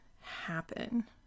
happen